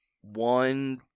one